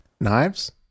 Knives